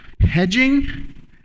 hedging